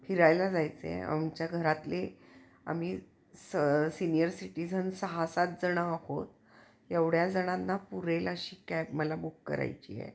फिरायला जायचं आहे आमच्या घरातले आम्ही स सिनियर सिटीजन सहा सात जण आहोत एवढ्या जणांना पुरेल अशी कॅब मला बुक करायची आहे